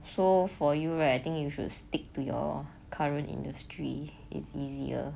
so for you right I think you should stick to your current industry it's easier